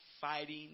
fighting